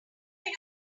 knew